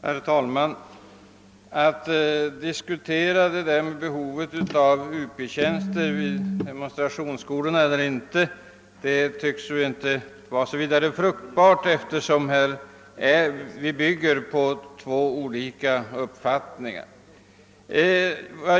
Herr talman! Att diskutera behovet av Up-tjänster vid skolenheterna för demonstrationsverksamhet tycks inte vara särskilt fruktbart, eftersom vi bygger på två olika uppfattningar.